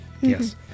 Yes